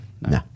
no